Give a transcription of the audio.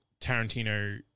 Tarantino